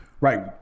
Right